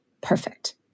perfect